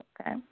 okay